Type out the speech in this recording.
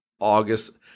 August